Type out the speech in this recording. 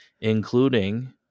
Including